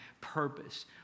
purpose